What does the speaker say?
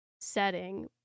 setting